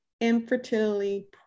infertility